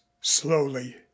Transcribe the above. slowly